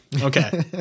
okay